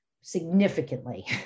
significantly